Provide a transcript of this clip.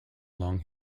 long